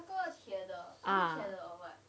ah